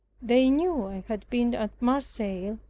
they knew i had been at marseilles,